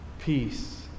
Peace